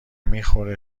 میخوره